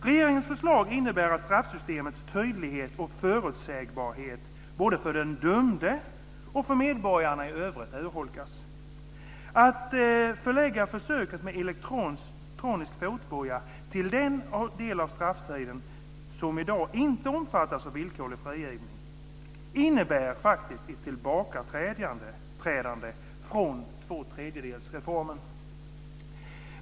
Regeringens förslag innebär att straffsystemets tydlighet och förutsägbarhet, både för den dömde och för medborgarna i övrigt, urholkas. Att förlägga försöket med elektronisk botboja till den del av strafftiden som i dag inte omfattas av villkorlig frigivning innebär faktiskt ett tillbakaträdande från tvåtredjedelsreformen.